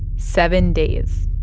seven days.